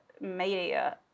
media